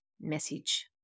message